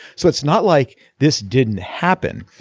so it's not like this didn't happen.